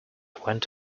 went